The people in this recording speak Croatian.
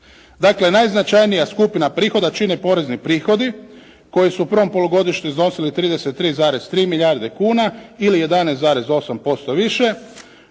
Dakle, najznačajnija skupina prihoda čine porezni prihodi koji su u prvom polugodištu iznosili 33,3 milijarde kuna ili 11,8% više.